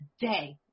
day